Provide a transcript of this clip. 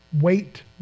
Wait